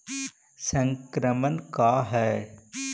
संक्रमण का है?